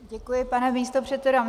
Děkuji, pane místopředsedo.